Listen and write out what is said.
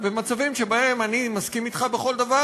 במצבים שבהם אני מסכים אתך בכל דבר,